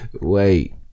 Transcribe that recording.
Wait